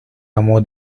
amo